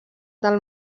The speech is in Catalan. del